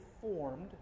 formed